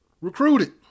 recruited